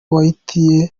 whitney